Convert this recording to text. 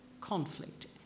conflict